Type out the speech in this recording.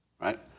right